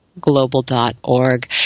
global.org